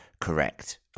correct